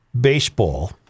baseball